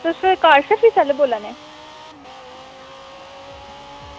तुस car service आह्ले बोला ने